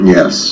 Yes